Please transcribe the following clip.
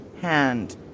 hand